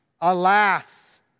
Alas